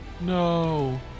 No